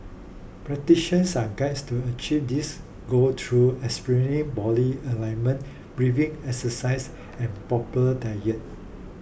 practitions are guided to achieve this goal through experiencing body alignment breathing exercise and proper diet